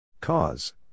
Cause